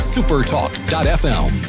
Supertalk.fm